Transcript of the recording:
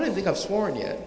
don't think i've sworn yet